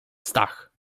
stach